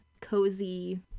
cozy